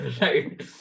right